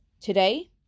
Today